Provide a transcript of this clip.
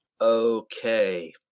Okay